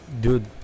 dude